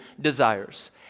desires